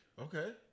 Okay